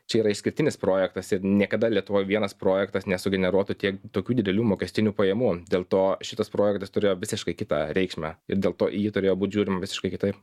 čia yra išskirtinis projektas ir niekada lietuvoj vienas projektas nesugeneruotų tiek tokių didelių mokestinių pajamų dėl to šitas projektas turėjo visiškai kitą reikšmę ir dėl to į jį turėjo būt žiūrim visiškai kitaip